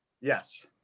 Yes